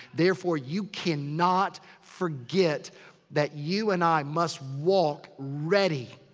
therefore, you cannot forget that you and i must walk ready.